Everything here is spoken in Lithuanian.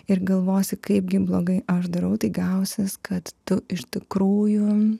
ir galvosi kaipgi blogai aš darau tai gausis kad tu iš tikrųjų